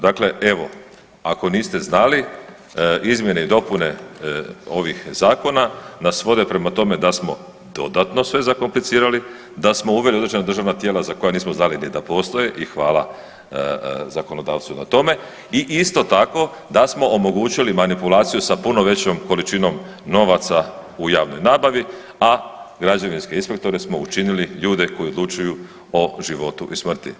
Dakle, evo, ako niste znali, izmjene i dopune ovih zakona nas vode prema tome da smo dodatno sve zakomplicirali, da smo uveli određena državna tijela za koja nismo znali ni da postoje i hvala zakonodavcu na tome i isto tako, da smo omogućili manipulaciju sa puno većom količinom novaca u javnoj nabavi, a građevinske inspektore smo učinili ljude koji odlučuju o životu i smrti.